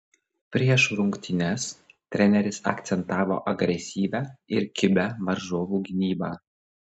prieš rungtynes treneris akcentavo agresyvią ir kibią varžovų gynybą